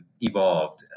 evolved